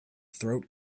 throat